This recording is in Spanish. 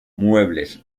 muebles